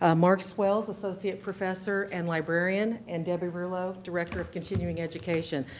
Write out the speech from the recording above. ah mark swails, associate professor and librarian and debbie rulo, director of continuing education.